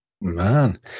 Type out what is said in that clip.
Man